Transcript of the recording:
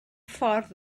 ffordd